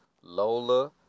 Lola